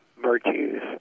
virtues